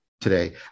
today